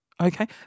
okay